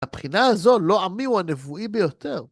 מהבחינה הזו, לא עמי הוא הנבואי ביותר.